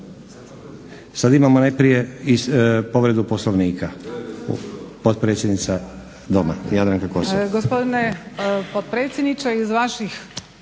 Sad imamo najprije povredu Poslovnika